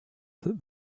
that